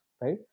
right